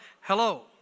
Hello